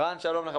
רן, שלום לך.